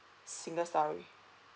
single storey